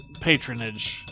patronage